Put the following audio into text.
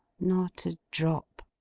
not a drop.